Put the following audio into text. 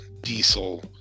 Diesel